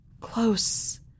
Close